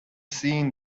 seen